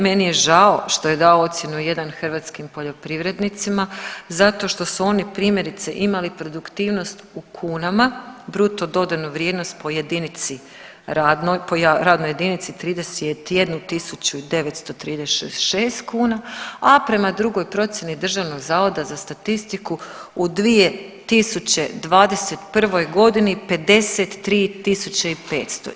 Meni je žao što je dao ocjenu jedan hrvatskim poljoprivrednicima zato što su oni primjerice imali produktivnost u kunama, bruto dodanu vrijednost po jedinici radnoj, po radnoj jedinici 31936 kuna, a prema drugoj procjeni Državnog zavoda za statistiku u 2021. godini 53500.